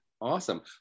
awesome